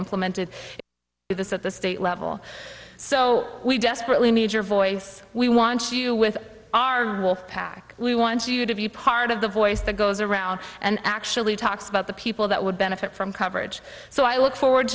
implemented this at the state level so we desperately need your voice we want you with our wolf pack we want you to be part of the voice that goes around and actually talks about the people that would benefit from coverage so i look forward